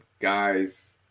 guys